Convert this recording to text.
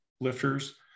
lifters